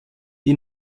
die